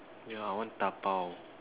yeah I want dabao